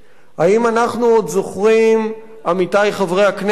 האם אנחנו עוד זוכרים, עמיתי חברי הכנסת,